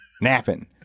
napping